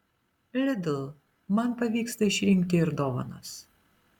lidl man pavyksta išrinkti ir dovanas